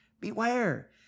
Beware